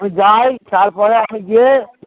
আমি যাই তারপরে আমি গিয়ে